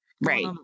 Right